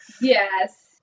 Yes